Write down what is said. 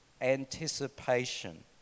anticipation